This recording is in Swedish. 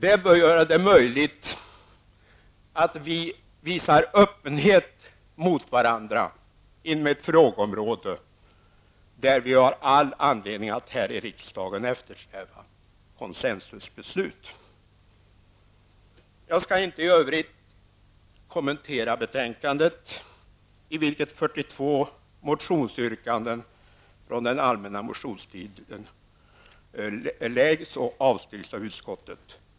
Det bör göra det möjligt att visa öppenhet mot varandra inom ett frågeområde där vi har all anledning att här i riksdagen eftersträva consensusbeslut. Jag skall inte i övrigt kommentera betänkandet, i vilket 42 motionsyrkanden från den allmänna motionstiden tas upp och avstyrks av utskottet.